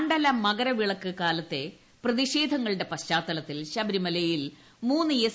മണ്ഡല മകരവിളക്ക് കാലത്തെ പ്രതിഷേധങ്ങളുടെ പശ്ചാത്തലത്തിൽ ശബരിമലയിൽ മൂന്ന് എസ്